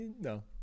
no